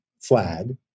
flag